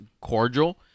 cordial